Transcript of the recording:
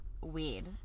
weed